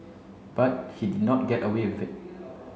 but he did not get away with it